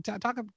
talk